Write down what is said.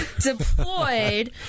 Deployed